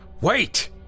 Wait